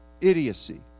idiocy